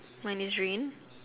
mine is green